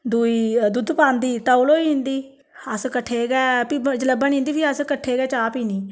दूई दुध पांदी तौल होई जंदी अस कट्ठे गै जेल्ले बनी जंदी फिर असें कट्ठे के चा पीनी